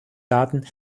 daten